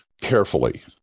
carefully